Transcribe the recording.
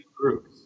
groups